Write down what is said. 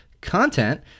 content